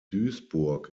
duisburg